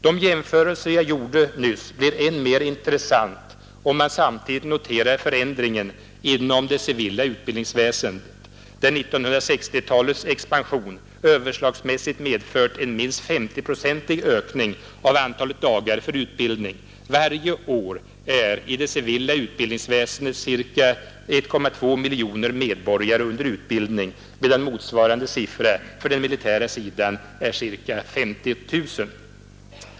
De jämförelser jag gjorde nyss blir än mer intressanta om man samtidigt noterar förändringen inom det civila utbildningsväsendet, där 1960-talets expansion överslagsmässigt medfört en minst SO0-procentig utökning av antalet dagar för utbildning. Varje år är i det civila utbildningsväsendet ca 1,2 miljoner medborgare under utbildning, medan motsvarande siffra för den militära sidan är ca 50 000.